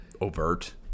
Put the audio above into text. overt